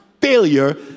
Failure